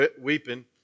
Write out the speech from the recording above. weeping